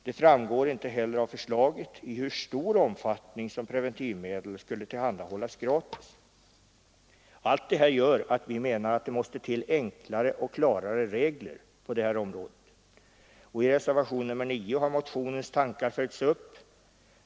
Det framgår inte heller av förslaget i hur stor omfattning som preventivmedel skulle tillhandahållas gratis. Allt detta gör att vi menar att det måste till enklare och klarare regler på det här området. I reservationen 9 har motionens tankar följts upp.